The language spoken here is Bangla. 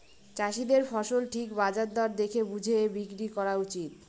চাষীদের ফসল ঠিক বাজার দর দেখে বুঝে বিক্রি করা উচিত